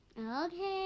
Okay